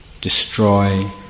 destroy